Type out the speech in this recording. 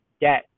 debt